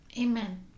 Amen